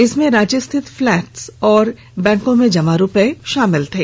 इसमें रांची स्थित फ्लैट व बैंकों में जमा रुपये शामिल थे